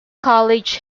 college